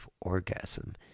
orgasm